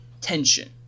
tension